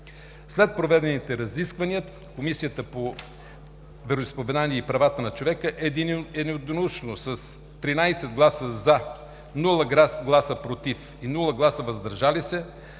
След проведените разисквания Комисията по вероизповедания и правата на човека единодушно с 13 гласа „за“, без „против“ и „въздържали се“,